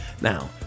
Now